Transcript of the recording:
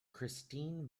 christine